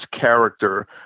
character